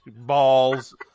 Balls